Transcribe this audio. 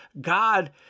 God